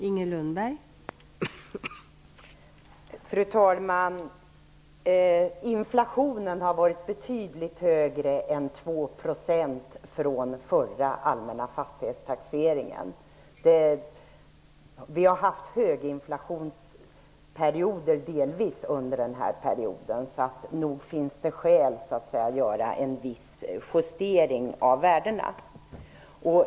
Fru talman! Inflationen har varit betydligt högre än 2 % sedan förra allmänna fastighetstaxeringen. Vi har delvis haft hög inflation under den här perioden, så nog finns det skäl att göra en viss justering av värdena.